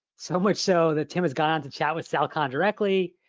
so much so, that tim has gone on to chat with sal khan directly,